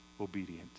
obedient